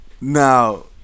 Now